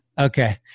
okay